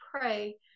pray